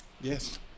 yes